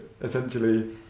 essentially